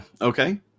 okay